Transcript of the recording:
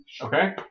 Okay